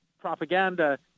propaganda